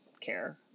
care